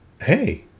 Hey